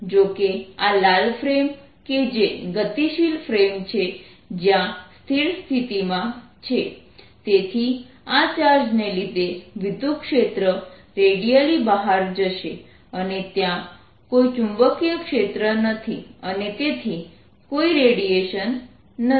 જો કે આ લાલ ફ્રેમ કે જે ગતિશીલ ફ્રેમ છે જયાં સ્થિર સ્થિતિમાં છે તેથી આ ચાર્જને લીધે વિદ્યુતક્ષેત્ર રેડિઅલી બહાર જશે અને ત્યાં કોઈ ચુંબકીય ક્ષેત્ર નથી અને તેથી કોઈ રેડિયેશન નથી